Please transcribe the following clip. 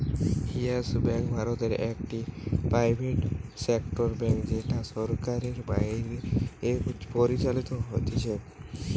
yes bank ভারতে একটি private sector bank যেটা সরকারের বাইরে পরিচালিত হতিছে